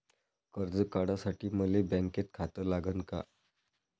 कर्ज काढासाठी मले बँकेत खातं लागन का?